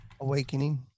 Awakening